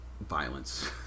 violence